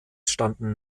standen